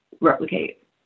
replicate